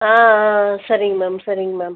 ஆ ஆ சரிங்க மேம் சரிங்க மேம்